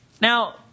Now